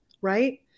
Right